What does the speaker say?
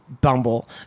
Bumble